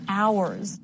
hours